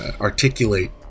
articulate